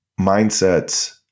mindsets